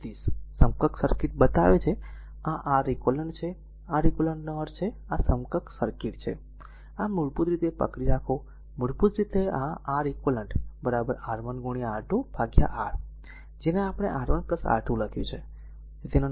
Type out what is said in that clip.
29 સમકક્ષ સર્કિટ બતાવે છે આ r R eq છે R eq નો અર્થ છે આ સમકક્ષ સર્કિટ છે આ મૂળભૂત રીતે ફક્ત પકડી રાખો મૂળભૂત રીતે આ r R eq R1 R2 by R છે R જે પણ આપણે R1 R2 લખ્યું છે